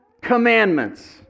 commandments